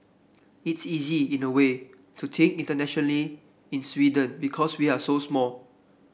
it's easy in a way to think internationally in Sweden because we're so small